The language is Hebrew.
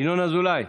ינון אזולאי,